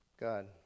God